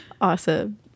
awesome